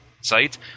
site